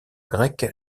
grec